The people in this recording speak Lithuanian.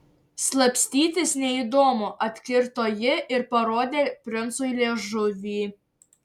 slapstytis neįdomu atkirto ji ir parodė princui liežuvį